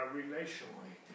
relationally